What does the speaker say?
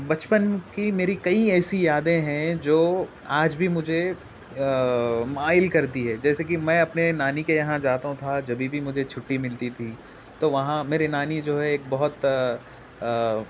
بچپن کی میری کئی ایسی یادیں ہیں جو آج بھی مجھے مائل کرتی ہے جیسے کہ میں اپنے نانی کے یہاں جاتا تھا جبھی بھی مجھے چھٹی ملتی تھی تو وہاں میری نانی جو ہے ایک بہت